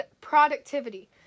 productivity